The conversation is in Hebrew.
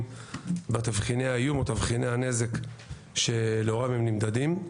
בתבחיני האיום או תבחיני הנזק שלאורם הם נמדדים.